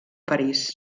parís